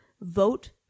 vote